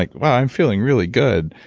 like wow, i'm feeling really good.